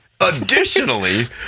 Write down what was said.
Additionally